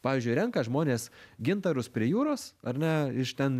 pavyzdžiui renka žmonės gintarus prie jūros ar ne iš ten